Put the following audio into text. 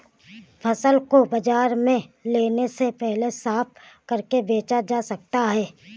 फसल को बाजार में लाने से पहले साफ करके बेचा जा सकता है?